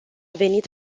venit